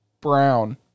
brown